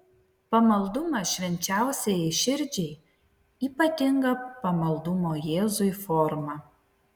pamaldumas švenčiausiajai širdžiai ypatinga pamaldumo jėzui forma